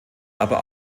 aber